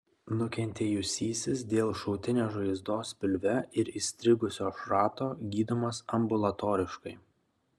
nukentėjusysis dėl šautinės žaizdos pilve ir įstrigusio šrato gydomas ambulatoriškai